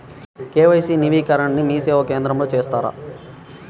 KYC నవీకరణని మీసేవా కేంద్రం లో చేస్తారా?